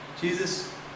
Jesus